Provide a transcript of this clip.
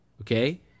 okay